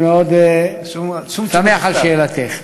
אני שמח על שאלתך.